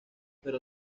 pero